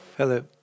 Hello